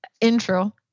intro